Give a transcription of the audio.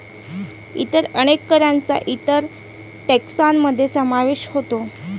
इतर अनेक करांचा इतर टेक्सान मध्ये समावेश होतो